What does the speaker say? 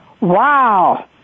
Wow